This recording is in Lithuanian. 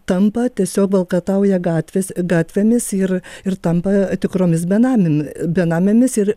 tampa tiesiog valkatauja gatvės gatvėmis ir ir tampa tikromis benam benamėmis ir